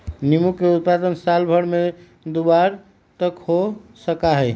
नींबू के उत्पादन साल भर में दु बार तक हो सका हई